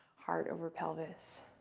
heart over pelvis.